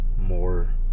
more